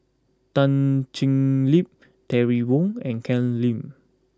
Tan Thoon Lip Terry Wong and Ken Lim